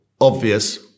obvious